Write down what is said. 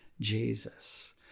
Jesus